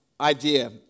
idea